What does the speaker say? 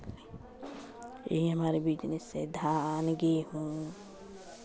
यही हमारी बिजनेस है धान गेहूँ